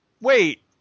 wait